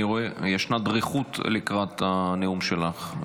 אני רואה שישנה דריכות לקראת הנאום שלך.